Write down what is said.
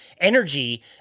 energy